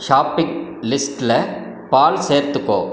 shopping லிஸ்டில் பால் சேர்த்துக்கோ